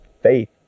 faith